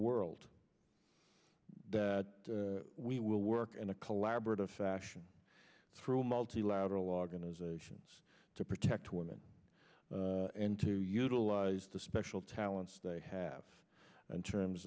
world that we will work in a collaborative fashion through multilateral organizations to protect women and to utilize the special talents they have in terms